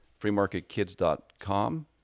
freemarketkids.com